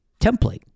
template